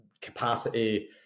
capacity